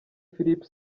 philippe